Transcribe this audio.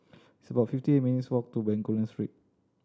it's about fifty minutes' walk to Bencoolen Street